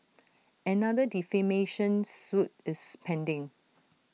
another defamation suit is pending